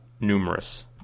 numerous